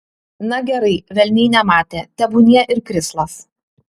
na gerai velniai nematė tebūnie ir krislas